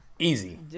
Easy